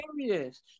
serious